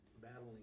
battling